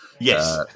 Yes